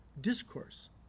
discourse